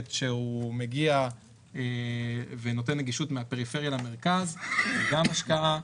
שמגיע ונותן נגישות מהפריפריה למרכז זו גם השקעה,